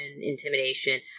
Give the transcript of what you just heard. intimidation